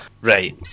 Right